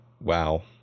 Wow